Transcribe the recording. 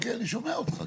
כן, כן, אני שומע אותך.